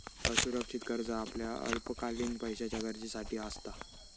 असुरक्षित कर्ज आपल्या अल्पकालीन पैशाच्या गरजेसाठी असता